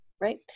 right